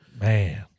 Man